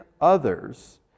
others